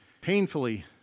painfully